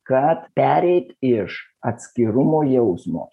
kad pereit iš atskirumo jausmo